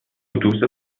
اتوبوس